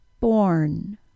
Born